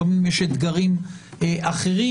לפעמים יש אתגרים אחרים,